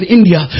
India